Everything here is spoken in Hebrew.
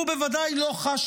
הוא בוודאי לא חש